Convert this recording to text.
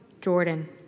Jordan